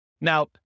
Now